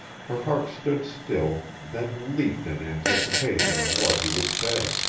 her heart stood still, then leaped in anticipation of what he would say.